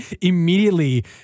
immediately